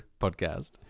podcast